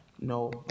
No